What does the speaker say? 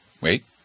Wait